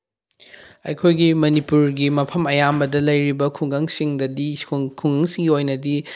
ꯑꯩꯈꯣꯏꯒꯤ ꯃꯅꯤꯄꯨꯔꯒꯤ ꯃꯐꯝ ꯑꯌꯥꯝꯕꯗ ꯂꯩꯔꯤꯕ ꯈꯨꯡꯒꯪꯁꯤꯡꯗꯗꯤ ꯈꯨꯡꯒꯪꯁꯤꯡꯒꯤ ꯑꯣꯏꯅꯗꯤ